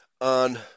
on